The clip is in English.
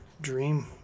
dream